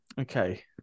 okay